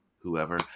whoever